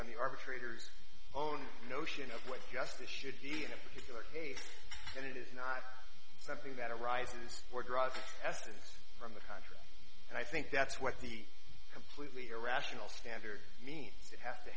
on the arbitrator's own notion of what justice should be in a particular case and it is not something that arises for drugs as it's from the country and i think that's what the completely irrational standard means it has to